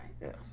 yes